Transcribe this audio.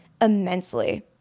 immensely